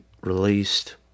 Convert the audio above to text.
released